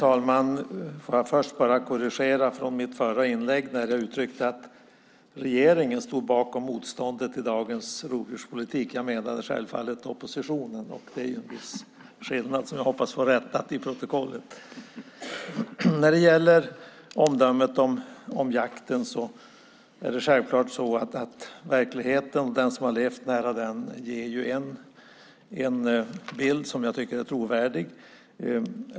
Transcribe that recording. Herr talman! När det gäller omdömet om jakten är det självklart så att den som levt nära verkligheten också kan ge en trovärdig bild av den.